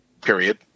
period